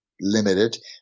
limited